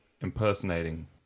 impersonating